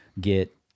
get